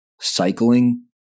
cycling